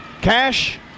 Cash